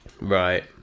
right